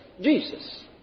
Jesus